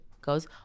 goes